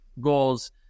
goals